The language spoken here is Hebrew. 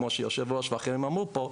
כמו שהיושב-ראש ואחרים אמרו פה,